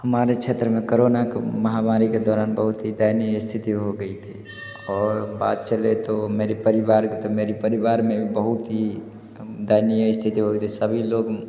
हमारे क्षेत्र में करोना को महामारी के दौरान बहुत ही दयनीय स्थिति हो गई थी और बात चले तो मेरे परिवार कि तो मेरी परिवार में बहुत ही दयनीय स्थिति हो गई थी सभी लोग